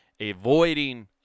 avoiding